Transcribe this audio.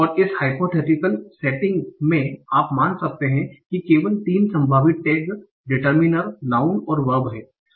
और इस hypothetical setting में आप मान सकते हैं कि केवल तीन संभावित टैग डिटर्मिनर नाउँन और वर्ब हैं